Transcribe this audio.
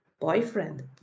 boyfriend